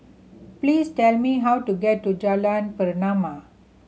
please tell me how to get to Jalan Pernama